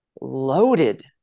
loaded